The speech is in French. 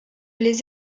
les